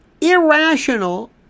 irrational